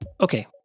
Okay